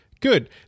good